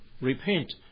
repent